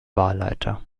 wahlleiter